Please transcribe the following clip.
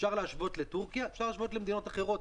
אפשר להשוות לתורכיה ואפשר להשוות למדינות אחרות